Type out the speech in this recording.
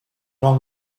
wrong